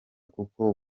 kuko